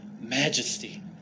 majesty